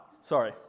Sorry